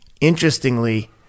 Interestingly